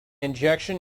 injection